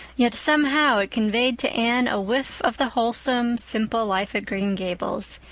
yet somehow it conveyed to anne a whiff of the wholesome, simple life at green gables,